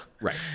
Right